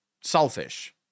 selfish